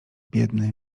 biedny